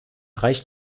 reicht